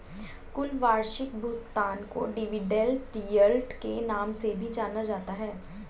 कुल वार्षिक भुगतान को डिविडेन्ड यील्ड के नाम से भी जाना जाता है